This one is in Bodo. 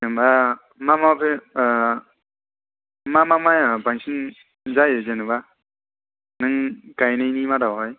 जेन'बा मा मा बे मा मा माइआ बांसिन जायो जेन'बा नों गाइनायनि मादावहाय